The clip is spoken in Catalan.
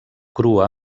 crua